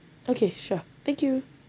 okay sure thank you